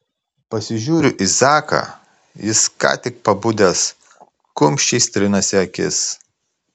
pasižiūriu į zaką jis ką tik pabudęs kumščiais trinasi akis